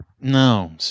no